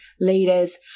leaders